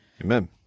Amen